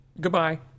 Goodbye